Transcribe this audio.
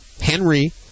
Henry